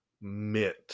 Mint